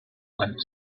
went